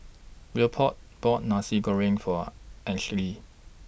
Leopold bought Nasi Goreng For Ansley